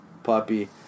puppy